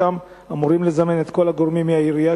שם אמורים לזמן את כל הגורמים מהעירייה